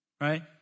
Right